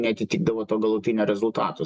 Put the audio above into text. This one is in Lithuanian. neatitikdavo to galutinio rezultato